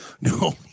No